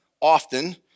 often